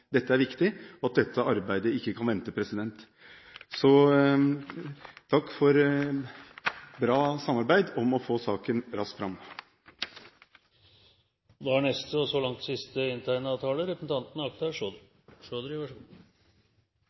dette er viktig, og at dette arbeidet ikke kan vente. – Så takk for bra samarbeid om å få saken raskt fram. Dette er en viktig sak, og da er det hyggelig og